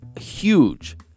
huge